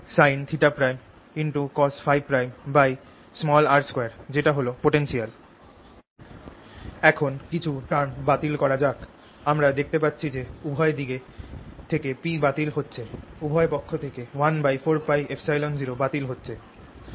ds 14π0pr⏞r2 14π0 4πR3P3 sin θ'cos Փ'r2 এখন কিছু term বাতিল করা যাক আমরা দেখতে পাচ্ছি যে উভয় দিক থেকে P বাতিল হচ্ছে উভয় পক্ষ থেকে 1 4πε0 বাতিল হচ্ছে